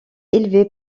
élevé